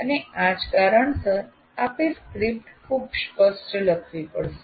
અને આ જ કારણસર આપે સ્ક્રિપ્ટ ખૂબ સ્પષ્ટ લખવી પડશે